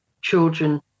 children